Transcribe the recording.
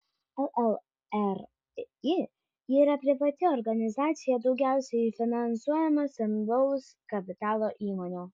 llri yra privati organizacija daugiausiai finansuojama stambaus kapitalo įmonių